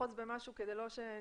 לאחוז במשהו כדי שלא נתפזר,